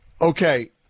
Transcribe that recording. Okay